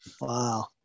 Wow